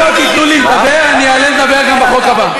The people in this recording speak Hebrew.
אם לא תיתנו לי לדבר אני אעלה לדבר גם בחוק הבא.